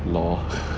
law